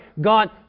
God